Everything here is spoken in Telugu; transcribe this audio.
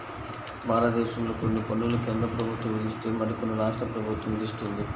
భారతదేశంలో కొన్ని పన్నులు కేంద్ర ప్రభుత్వం విధిస్తే మరికొన్ని రాష్ట్ర ప్రభుత్వం విధిస్తుంది